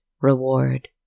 reward